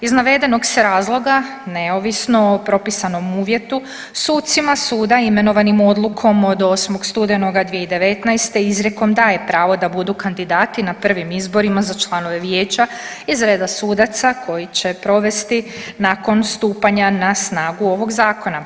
Iz navedenog se razloga neovisno o propisanom uvjetu sucima suda imenovanim odlukom od 8. studenoga 2019. izrijekom daje pravo da budu kandidati na prvim izborima za članove Vijeća iz reda sudaca koji će provesti nakon stupanja na snagu ovog zakona.